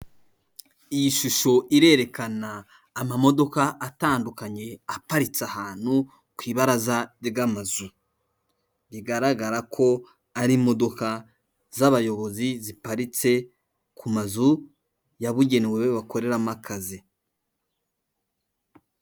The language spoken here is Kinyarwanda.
Iyi shusho irerekana amamodoka atandukanye aparitse ahantu ku ibaraza ry'amazu bigaragara ko ari imodoka z'abayobozi ziparitse ku mazu yabugenewe bakoreramo akazi.